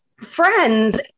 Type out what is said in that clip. friends